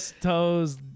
toes